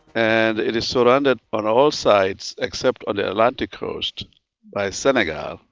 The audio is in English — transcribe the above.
and it is surrounded on all sides except on the atlantic coast by senegal,